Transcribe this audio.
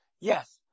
Yes